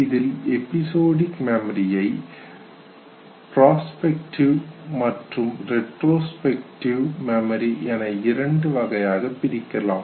இதில் எபிசோடிக் மெமரியை பிராஸ்பெக்டிவ் மற்றும் ரெட்ரோஸ்பெக்டிவ் மெமரி என இரண்டு வகையாக பிரிக்கலாம்